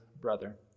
brother